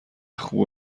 خوب